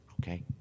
okay